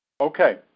Okay